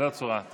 זו הצורה,